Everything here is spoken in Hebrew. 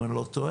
אם אני לא טועה.